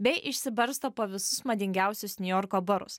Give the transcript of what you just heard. bei išsibarsto po visus madingiausius niujorko barus